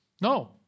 No